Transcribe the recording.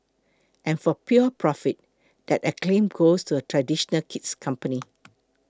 and for pure profit that acclaim goes to a traditional kid's company